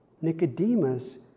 Nicodemus